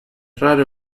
rare